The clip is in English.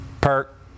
perk